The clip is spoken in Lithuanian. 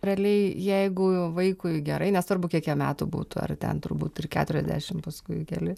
realiai jeigu jau vaikui gerai nesvarbu kiek jam metų būtų ar ten turbūt ir keturiasdešim paskui keli